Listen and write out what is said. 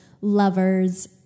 lovers